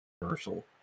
commercial